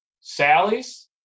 Sally's